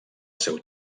seu